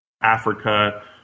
Africa